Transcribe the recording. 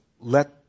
let